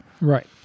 Right